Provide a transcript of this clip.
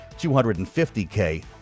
250K